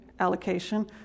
Allocation